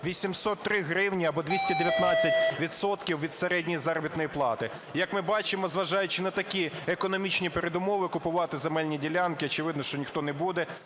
803 гривні або 219 відсотків від середньої заробітної плати. Як ми бачимо, зважаючи на такі економічні передумови, купувати земельні ділянки очевидно, що ніхто не буде